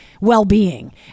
well-being